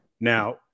Now